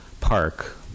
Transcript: park